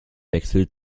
wechsel